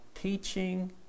teaching